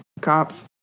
cops